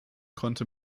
konnte